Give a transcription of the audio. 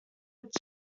its